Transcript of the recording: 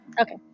Okay